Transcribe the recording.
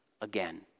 again